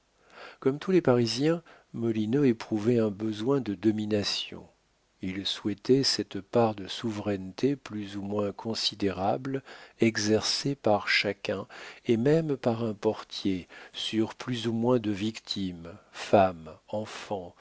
comme tous les parisiens molineux éprouvait un besoin de domination il souhaitait cette part de souveraineté plus ou moins considérable exercée par chacun et même par un portier sur plus ou moins de victimes femme enfant